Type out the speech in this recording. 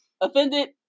Offended